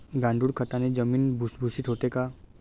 गांडूळ खताने जमीन भुसभुशीत होते का?